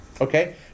okay